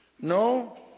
No